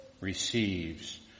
receives